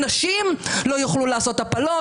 שנשים לא יוכלו לעשות הפלות,